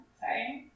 sorry